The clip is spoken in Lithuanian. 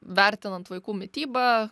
vertinant vaikų mitybą